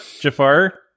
Jafar